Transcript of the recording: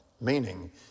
Meaning